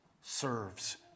serves